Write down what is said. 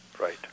Right